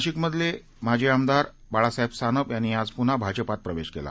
नाशिकमधलेमाजीआमदारबाळासाहेबसानपयांनीआजपुन्हाभाजपातप्रवेशकेला